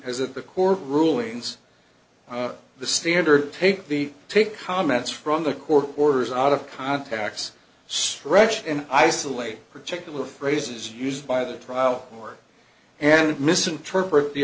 that the court rulings the standard take the take comments from the court orders out of contacts stretched and isolate particular phrases used by the trial and misinterpret the